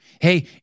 Hey